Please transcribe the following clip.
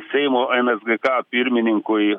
seimo nsgk pirmininkui